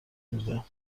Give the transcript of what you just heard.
میدم